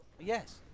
yes